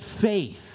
faith